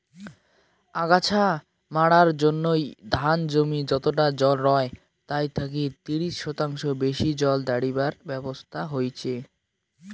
আগাছা মারার জইন্যে ধান জমি যতটা জল রয় তাই থাকি ত্রিশ শতাংশ বেশি জল দাড়িবার ব্যবছস্থা হইচে